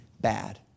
bad